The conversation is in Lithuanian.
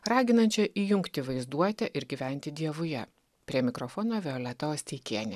raginančią įjungti vaizduotę ir gyventi dievuje prie mikrofono violeta osteikienė